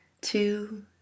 two